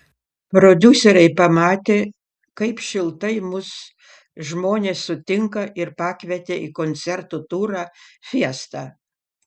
prodiuseriai pamatė kaip šiltai mus žmonės sutinka ir pakvietė į koncertų turą fiesta